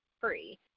free